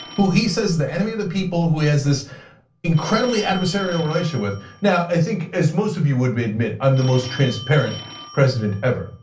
who he says is the enemy of the people, who has this incredibly adversarial relationship with. now, i think as most of you would may admit, i'm the most transparent president ever.